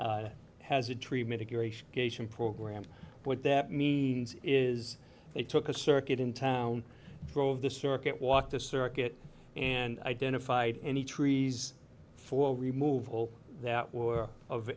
occasion program what that means is they took a circuit in town drove the circuit walked the circuit and identified any trees for removal that were of